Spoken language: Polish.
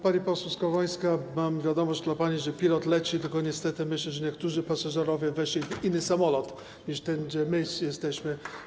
Pani poseł Skowrońska, mam wiadomość dla pani, że pilot leci, tylko niestety myślę, że niektórzy pasażerowie weszli do innego samolotu, niż ten, w którym my jesteśmy.